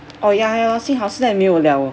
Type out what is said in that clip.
oh ya ya lor 幸好现在没有了